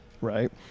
right